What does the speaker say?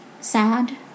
sad